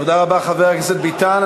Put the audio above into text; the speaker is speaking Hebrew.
תודה רבה, חבר הכנסת ביטן.